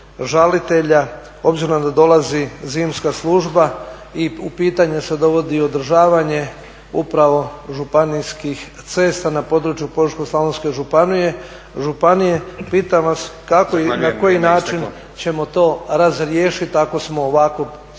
obzirom da dolazi zimska služba i u pitanje se dovodi održavanje upravo županijskih cesta na području Požeško-slavonske županije, pitam vas kako i na koji način ćemo to razriješit ako smo ovako spori